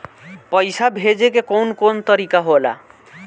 पइसा भेजे के कौन कोन तरीका होला?